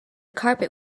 carpet